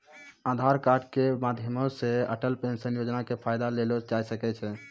आधार कार्ड के माध्यमो से अटल पेंशन योजना के फायदा लेलो जाय सकै छै